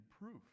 proof